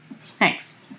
Thanks